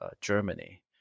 Germany